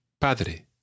Padre